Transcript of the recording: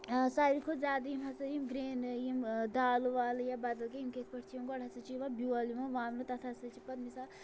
ساروٕے کھۄتہٕ زیادٕ یِم ہَسا یِم گرٛینہٕ یِم دالہٕ والہٕ یا بدل کینٛہہ یِم کِتھ پٲٹھۍ چھِ یِوان گۄڈٕ ہَسا چھِ یِوان بیول یِوان وَنہٕ تَتھ ہَسا چھِ پَتہٕ مِثال